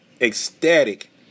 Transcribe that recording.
ecstatic